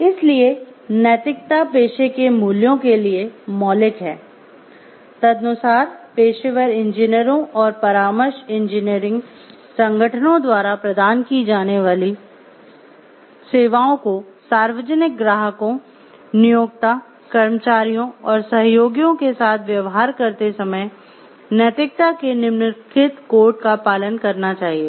इसलिए नैतिकता पेशे के मूल्यों के लिए मौलिक है तदनुसार पेशेवर इंजीनियरों और परामर्श इंजीनियरिंग संगठनों द्वारा प्रदान की जाने वाली सेवाओं को सार्वजनिक ग्राहकों नियोक्ता कर्मचारियों और सहयोगियों के साथ व्यवहार करते समय नैतिकता के निम्नलिखित कोड का पालन करना चाहिए